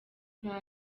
nta